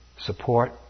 support